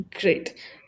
Great